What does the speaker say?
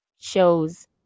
shows